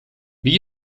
wie